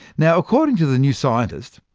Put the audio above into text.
now according to the new scientist,